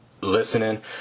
listening